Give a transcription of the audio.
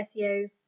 SEO